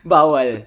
Bawal